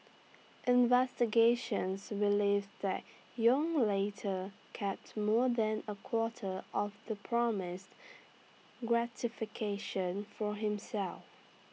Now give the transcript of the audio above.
investigations relived that Yong later kept more than A quarter of the promised gratification for himself